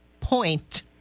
point